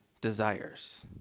desires